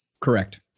Correct